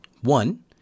One